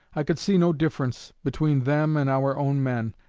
i could see no difference between them and our own men,